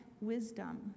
wisdom